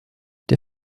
der